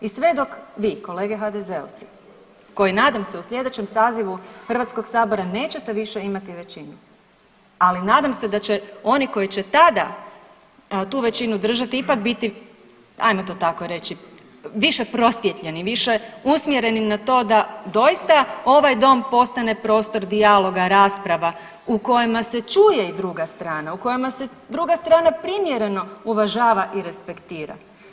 I sve dok vi kolege HDZ-ovci koji nadam se u slijedećem sazivu Hrvatskog saziva nećete više imati većinu, ali nadam se da će oni koji će tada tu većinu držati ipak biti, ajmo to tako reći više prosvjetljeni, više usmjereni na to da doista ovaj dom postane prostor dijaloga rasprava u kojima se čuje i druga strana, u kojima se druga strana primjereno uvažava i respektira.